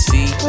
See